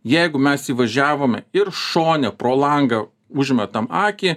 jeigu mes įvažiavome ir šone pro langą užmetam akį